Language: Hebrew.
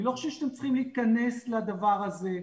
אני לא חושב שאתם צריכים להתכנס לדבר הזה,